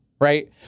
right